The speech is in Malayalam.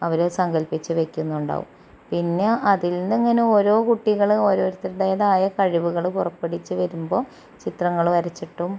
അവര് സങ്കല്പിച്ച് വെയ്ക്കുന്നുണ്ടാവും പിന്നെ അതിൽ നിന്നിങ്ങനെ ഓരോ കുട്ടികള് ഓരോരുത്തരുടേതായ കഴിവുകൾ പുറപ്പെടിച്ച് വരുമ്പോൾ ചിത്രങ്ങള് വരച്ചിട്ടും